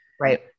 Right